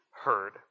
heard